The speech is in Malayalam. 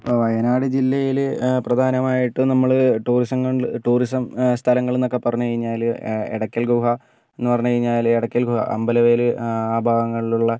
ഇപ്പം വയനാട് ജില്ലയിൽ പ്രധാനമായിട്ടും നമ്മൾ ടൂറിസങ്ങ ടൂറിസം സ്ഥലങ്ങൾ എന്നൊക്കെ പറഞ്ഞുകഴിഞ്ഞാൽ എടയ്ക്കൽ ഗുഹ എന്നുപറഞ്ഞാൽ എടയ്ക്കൽ ഗുഹ അമ്പലവയൽ ആ ഭാഗങ്ങളിലുള്ള